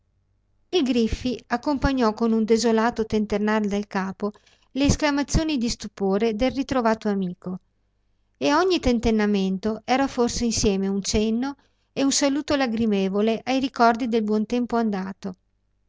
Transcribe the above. il griffi accompagnò con un desolato tentennar del capo le esclamazioni di stupore del ritrovato amico e ogni tentennamento era forse insieme un cenno e un saluto lagrimevole ai ricordi del buon tempo andato